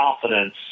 confidence